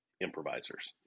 improvisers